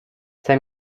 chcę